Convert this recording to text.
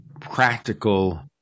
practical